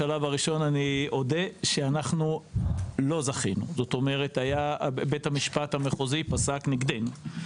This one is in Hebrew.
בשלב הראשון לא זכינו; בית המשפט המחוזי פסק נגדנו.